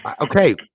okay